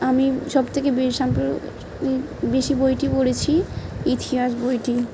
আমি সব থেকে বাম্প্র বেশি বইটি পড়ছি ইতিহাস বইটি